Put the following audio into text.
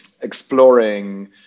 exploring